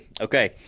Okay